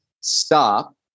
stop